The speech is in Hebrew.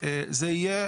זה יהיה